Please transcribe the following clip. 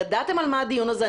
ידעתם על מה הדיון הזה.